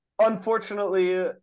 Unfortunately